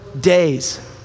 days